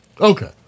Okay